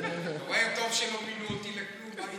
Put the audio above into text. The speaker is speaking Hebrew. אתה רואה, טוב שלא מינו אותי לכלום.